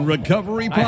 Recovery